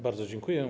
Bardzo dziękuję.